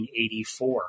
1984